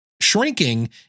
shrinking